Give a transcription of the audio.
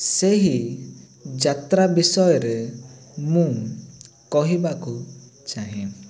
ସେହି ଯାତ୍ରା ବିଷୟରେ ମୁଁ କହିବାକୁ ଚାହେଁ